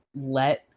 let